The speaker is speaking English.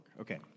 Okay